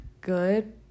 good